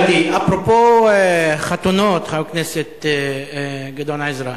חבר הכנסת גדעון עזרא,